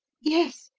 yes.